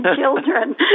children